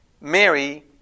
Mary